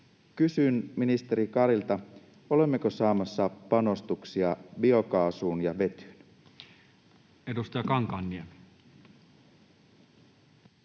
Kysyn ministeri Karilta: olemmeko saamassa panostuksia biokaasuun ja vetyyn? [Speech